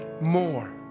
more